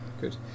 Good